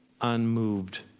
unmoved